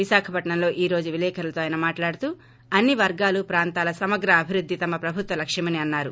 విశాఖపట్నంలో ఈ రోజు విలేకరులతో ఆయన మాట్లాడుతూ అన్ని వర్గాలు ప్రాంతాల సమగ్ర అభివృద్గి తమ ప్రభుత్వ లక్ష్యమని అన్నారు